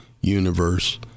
Universe